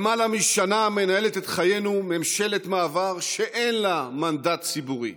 למעלה משנה מנהלת את חיינו ממשלת מעבר שאין לה מנדט ציבורי.